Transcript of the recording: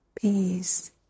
peace